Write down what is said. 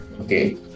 Okay